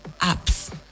apps